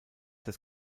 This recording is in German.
des